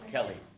Kelly